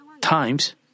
times